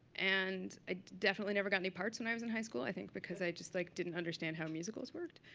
and i definitely never got any parts when i was in high school, i think because i just like didn't understand how musicals worked,